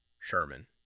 Sherman